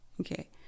okay